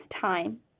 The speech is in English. time